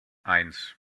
eins